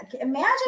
imagine